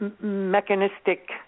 mechanistic